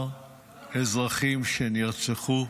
אזרחים שנרצחו,